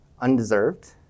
undeserved